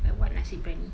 like what nasi briyani